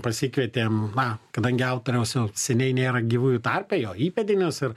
pasikvietėm na kadangi autoriaus jau seniai nėra gyvųjų tarpe jo įpėdinius ir